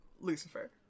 lucifer